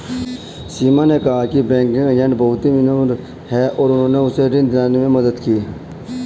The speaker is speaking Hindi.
सीमा ने कहा कि बैंकिंग एजेंट बहुत विनम्र हैं और उन्होंने उसे ऋण दिलाने में मदद की